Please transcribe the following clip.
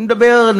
אני מדבר,